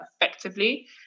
effectively